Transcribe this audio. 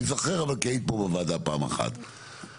אבל אני זוכר כי היית פה בוועדה פעם אחת וזכרתי.